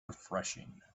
refreshing